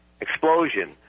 explosion